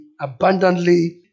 abundantly